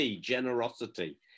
generosity